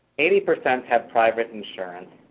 eighty percent had private insurance,